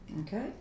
Okay